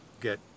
get